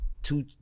Two